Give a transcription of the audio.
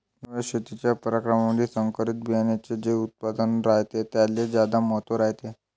नव्या शेतीच्या परकारामंधी संकरित बियान्याचे जे उत्पादन रायते त्याले ज्यादा महत्त्व रायते